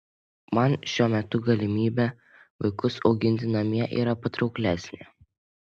man šiuo metu galimybė vaikus auginti namie yra patrauklesnė